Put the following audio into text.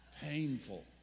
painful